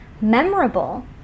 memorable